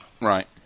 Right